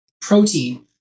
protein